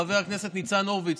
חבר הכנסת ניצן הורוביץ,